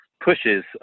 pushes